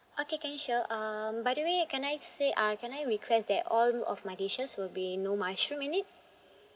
okay can sure um by the way can I say uh can I request that all of my dishes will be no mushroom in it